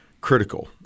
critical